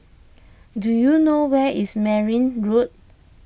do you know where is Merryn Road